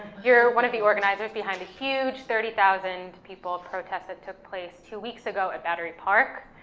you're one of the organizers behind a huge thirty thousand people protest that took place two weeks ago at battery park,